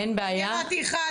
אני אמרתי אחד,